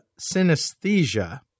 synesthesia